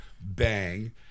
bang